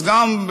אז גם,